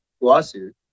lawsuit